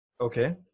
Okay